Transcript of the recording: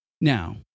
Now